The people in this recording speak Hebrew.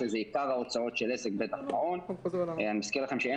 שזה עיקר ההוצאות של עסק --- אני מזכיר לכם שאין